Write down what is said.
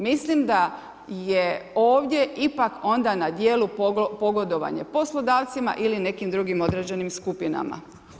Mislim da je ovdje ipak onda na djelu pogodovanje poslodavcima ili nekim drugim određenim skupinama.